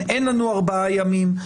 אין לנו ארבעה ימים.